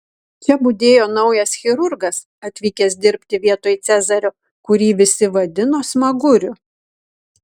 čia budėjo naujas chirurgas atvykęs dirbti vietoj cezario kurį visi vadino smaguriu